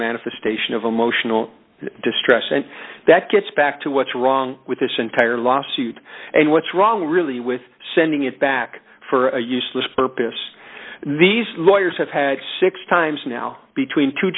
manifestation of emotional distress and that gets back to what's wrong with this entire lawsuit and what's wrong really with sending it back for a useless purpose these lawyers have had six times now between two